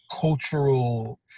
cultural